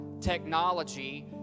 technology